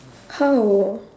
how